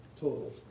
total